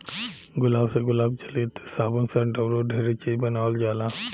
गुलाब से गुलाब जल, इत्र, साबुन, सेंट अऊरो ढेरे चीज बानावल जाला